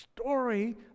story